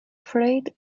freight